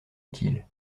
utile